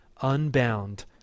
unbound